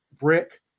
brick